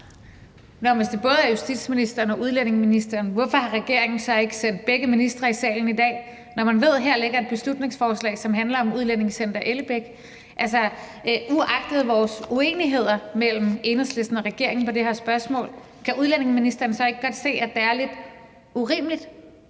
hvis det både er justitsministeren og udlændinge- og integrationsministeren, hvorfor har regeringen så ikke sendt begge ministre i salen i dag, når man ved, at der her ligger et beslutningsforslag, som handler om Udlændingecenter Ellebæk? Uagtet uenighederne mellem Enhedslisten og regeringen i det her spørgsmål kan udlændinge- og integrationsministeren så ikke godt se, at det er lidt urimeligt,